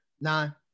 Nine